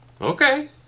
Okay